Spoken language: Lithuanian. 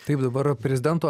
taip dabar prezidento